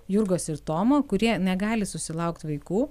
jurgos ir tomo kurie negali susilaukt vaikų